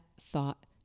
thought